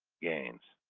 gains